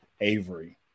Avery